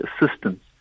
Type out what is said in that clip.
assistance